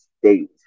State